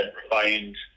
refined